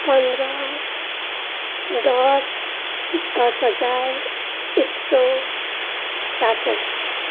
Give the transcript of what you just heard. पन्ध्र दस दस हजार एक सय चार सय